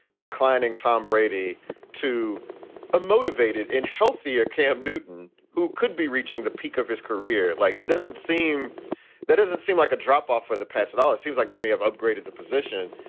declining tom brady to a motivated and healthy. cam newton, who could be reaching the peak of his career. like, it doesn't seem that doesn't seem like a drop off for the pats at all. it seems like they may have upgraded the position.